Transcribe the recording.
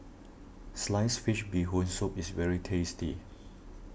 Sliced Fish Bee Hoon Soup is very tasty